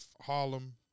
Harlem